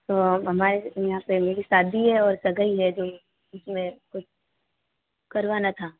तो हमारे यहाँ पर मेरी शादी है और सगाई है जो उ समें कुछ करवाना था